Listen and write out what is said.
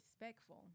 respectful